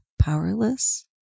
powerless